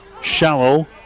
Shallow